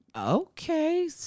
okay